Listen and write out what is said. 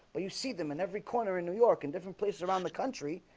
but you see them and every corner in new york and different places around the country?